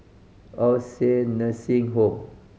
All Saint Nursing Home